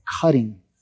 cutting